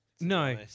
No